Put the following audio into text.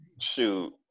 shoot